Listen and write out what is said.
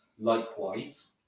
likewise